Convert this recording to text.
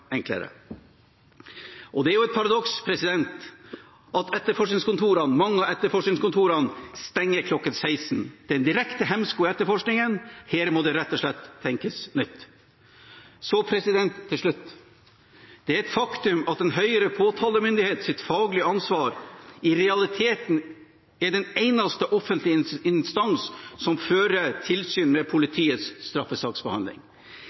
enklere. Det er jo et paradoks at mange av etterforskningskontorene stenger kl. 16. Det er en direkte hemsko i etterforskningen. Her må det rett og slett tenkes nytt. Så til slutt: Det er et faktum at den høyere påtalemyndighetens faglige ansvar i realiteten er den eneste offentlige instans som fører tilsyn med politiets straffesaksbehandling.